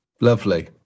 Lovely